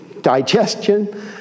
digestion